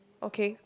okay